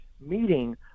meeting